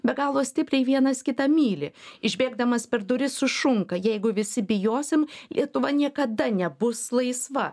be galo stipriai vienas kitą myli išbėgdamas per duris sušunka jeigu visi bijosim lietuva niekada nebus laisva